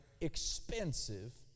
expensive